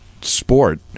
sport